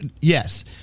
Yes